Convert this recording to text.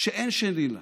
שאין שני לה,